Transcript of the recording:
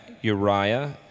Uriah